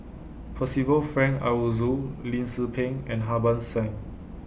Percival Frank Aroozoo Lim Tze Peng and Harbans Singh